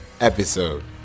episode